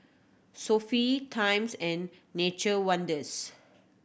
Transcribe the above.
Sofy Times and Nature Wonders